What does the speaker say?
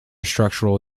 structural